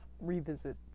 revisit